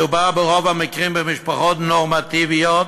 מדובר ברוב המקרים במשפחות נורמטיביות,